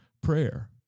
prayer